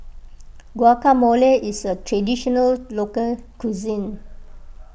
Guacamole is a Traditional Local Cuisine